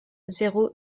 zéro